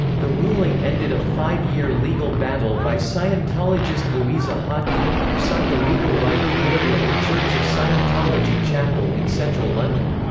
the ruling ended a five-year legal battle by scientologist louisa hodkin, who sought the legal right to marry at the church of scientology chapel in central london.